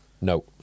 No